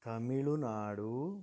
Tamil Nadu